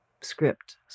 script